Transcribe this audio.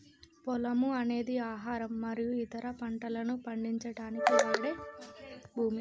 పొలము అనేది ఆహారం మరియు ఇతర పంటలను పండించడానికి వాడే భూమి